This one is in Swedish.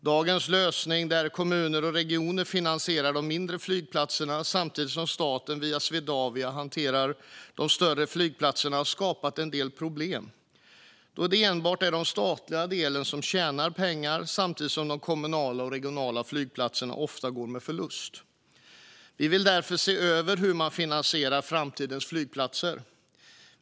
Dagens lösning, där kommuner och regioner finansierar de mindre flygplatserna samtidigt som staten via Swedavia hanterar de större flygplatserna, har skapat en del problem, då det enbart är den statliga delen som tjänar pengar samtidigt som de kommunala och regionala flygplatserna ofta går med förlust. Vi vill därför se över hur man finansierar framtidens flygplatser.